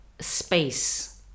space